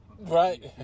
Right